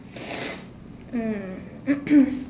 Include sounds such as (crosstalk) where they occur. (noise) mm (coughs)